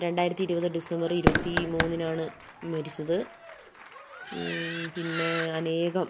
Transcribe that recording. രണ്ടായിരത്തി ഇരുപത് ഡിസംബർ ഇരുപത്തി മൂന്നിനാണ് മരിച്ചത് പിന്നെ അനേകം